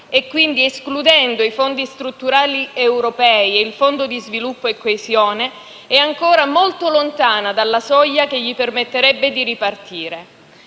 e quindi escludendo i fondi strutturali europei e il Fondo di sviluppo e coesione, è ancora molto lontana dalla soglia che gli permetterebbe di ripartire.